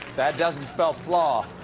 that doesn't spell flaw.